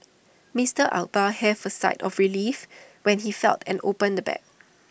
Mister Akbar heaved A sigh of relief when he felt and opened the bag